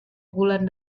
bulan